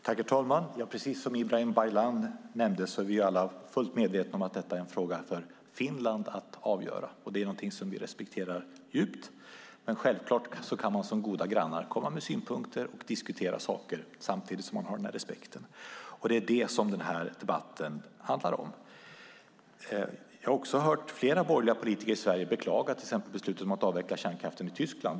Herr talman! Precis som Ibrahim Baylan nämnde är vi alla fullt medvetna om att detta är en fråga för Finland att avgöra. Det är någonting som vi respekterar djupt, men som goda grannar kan man självfallet komma med synpunkter och diskutera saker samtidigt som man har den här respekten. Det är det som den här debatten handlar om. Jag har också hört flera borgerliga politiker i Sverige beklaga beslutet att avveckla kärnkraften i Tyskland.